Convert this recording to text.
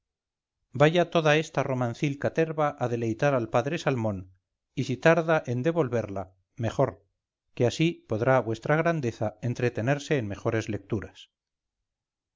vaya toda esta romancil caterva a deleitar al padre salmón y si tarda endevolverla mejor que así podrá vuestra grandeza entretenerse en mejores lecturas